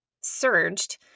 surged